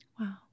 Wow